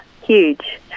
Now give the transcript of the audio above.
huge